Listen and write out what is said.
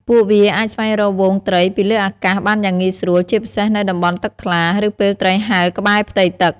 ពួកវាអាចស្វែងរកហ្វូងត្រីពីលើអាកាសបានយ៉ាងងាយស្រួល ជាពិសេសនៅតំបន់ទឹកថ្លា ឬពេលត្រីហែលក្បែរផ្ទៃទឹក។